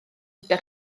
gyda